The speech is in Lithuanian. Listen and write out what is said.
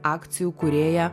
akcijų kūrėja